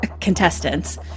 contestants